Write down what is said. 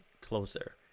closer